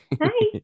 Hi